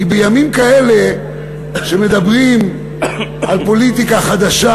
כי בימים כאלה כשמדברים על פוליטיקה חדשה,